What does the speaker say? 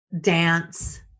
dance